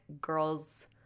Girls